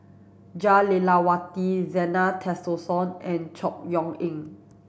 Jah Lelawati Zena Tessensohn and Chor Yeok Eng